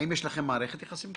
האם יש לכם מערכת יחסים כזו?